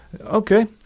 Okay